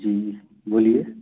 जी बोलिए